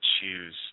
choose